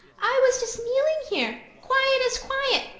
i was just kneeling here, quiet as quiet,